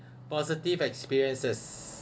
positive experiences